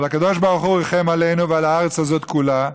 אבל הקדוש ברוך הוא ריחם עלינו ועל הארץ הזאת כולה,